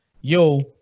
yo